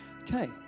okay